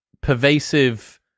pervasive